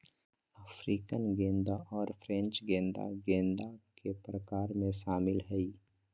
African गेंदा और French गेंदा गेंदा के प्रकार में शामिल हइ